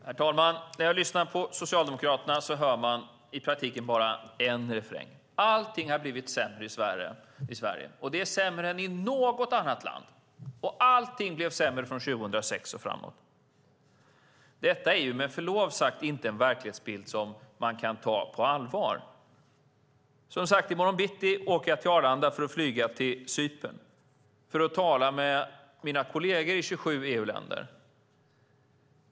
Herr talman! När jag lyssnar på Socialdemokraterna hör jag i praktiken bara en refräng: Allting har blivit sämre i Sverige. Det är sämre än i något annat land, och allting har blivit sämre från 2006 och framåt. Detta är med förlov sagt inte en verklighetsbild som man kan ta på allvar. I morgon bitti åker jag som sagt till Arlanda för att flyga till Cypern för att tala med mina kolleger i 27 EU-länder.